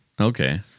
Okay